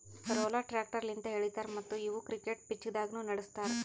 roller tractor ಲಿಂತ್ ಎಳಿತಾರ ಮತ್ತ್ ಇವು ಕ್ರಿಕೆಟ್ ಪಿಚ್ದಾಗ್ನು ನಡುಸ್ತಾರ್